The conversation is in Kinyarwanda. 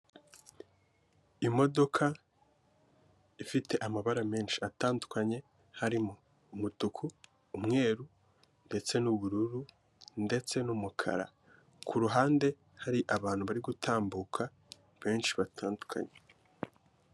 Imodoka ifite amabara menshi atandukanye harimo: umutuku, umweru, ndetse n'ubururu, ndetse n'umukara. Ku ruhande hari abantu bari gutambuka benshi batandukanye.